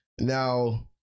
Now